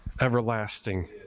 everlasting